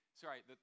sorry